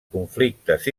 conflictes